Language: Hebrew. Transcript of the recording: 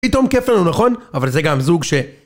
פתאום כיף לנו נכון? אבל זה גם זוג ש...